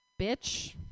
bitch